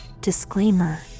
Disclaimer